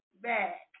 back